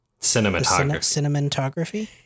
cinematography